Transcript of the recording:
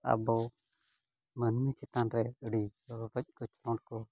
ᱟᱵᱚ ᱢᱟᱹᱱᱢᱤ ᱪᱮᱛᱟᱱ ᱨᱮ ᱟᱹᱰᱤ ᱨᱚᱰᱚᱡ ᱠᱚᱪᱞᱚᱱ ᱠᱚ